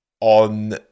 on